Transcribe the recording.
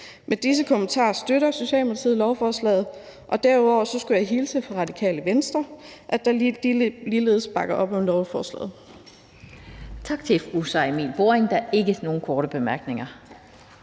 Med disse kommentarer støtter Socialdemokratiet lovforslaget. Og derudover skulle jeg hilse fra Radikale Venstre og sige, at de ligeledes bakker op om lovforslaget.